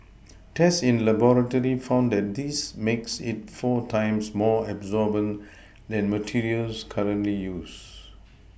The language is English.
tests in laboratory found that this makes it four times more absorbent than materials currently used